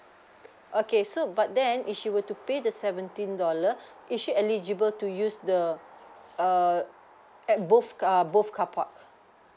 okay so but then if she were to pay the seventeen dollar is she eligible to use the err at both err both car park